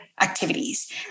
activities